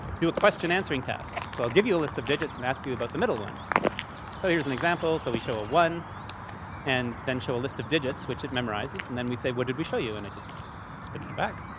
do a question answering task. so i'll give you a list of digits and ask you about the middle one. so here's an example. so we show a one and then show a list of digits, which it memorizes. and then we say, what did we show you? and it just spits it back.